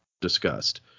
discussed